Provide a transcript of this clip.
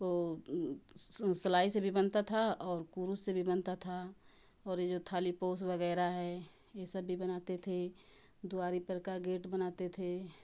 वह सिलाई से भी बनता था और कुरुस से भी बनता था और वह जो थाली पोस वगैरह हैं यह सब भी बनाते थे दुवारी पर का गेट बनाते थे